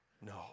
No